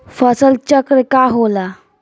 फसल चक्र का होला?